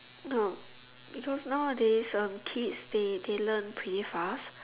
no because nowadays um kids they they learn pretty fast